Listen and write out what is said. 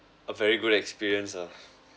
a very good experience ah